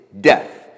death